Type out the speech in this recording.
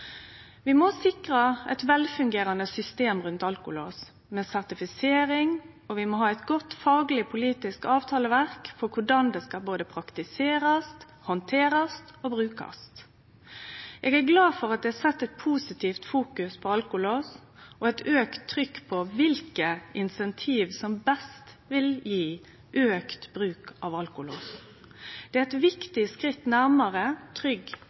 Vi må sikre eit velfungerande system rundt alkolås, med sertifisering og eit godt fagleg-politisk avtaleverk for korleis det skal praktiserast, handterast og brukast. Eg er glad for at det er sett eit positivt fokus på alkolås og eit auka trykk på kva incentiv som best vil gje auka bruk av alkolås. Det er eit viktig skritt nærmare trygg